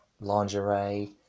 lingerie